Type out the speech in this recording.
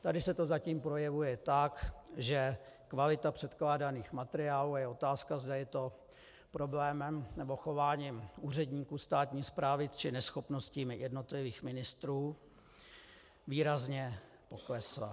Tady se to zatím projevuje tak, že kvalita předkládaných materiálů, a je otázka, zda je to problémem nebo chováním úředníků státní správy, či neschopností jednotlivých ministrů, výrazně poklesla.